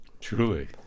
Truly